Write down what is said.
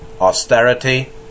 austerity